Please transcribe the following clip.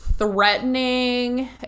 threatening